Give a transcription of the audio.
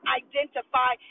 identify